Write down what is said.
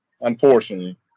unfortunately